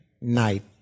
night